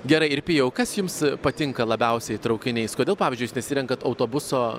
gerai ir pijau kas jums patinka labiausiai traukiniais kodėl pavyzdžiuijūs nesirenkat autobuso